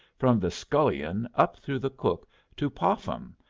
from the scullion up through the cook to popham,